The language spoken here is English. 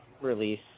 release